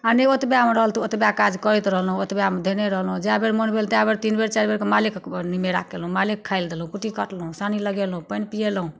आ नहि ओतबेमे रहल तऽ ओतबे काज करैत रहलहुँ ओतबेमे धयने रहलहुँ जाहि बेर मन भेल ताहि बेर तीन बेर चारि बेर मालेक निमेरा कयलहुँ मालिक खाय लऽ देलहुँ कूट्टी काटलहुँ सानी लगेलहुँ पानि पिएलहुँ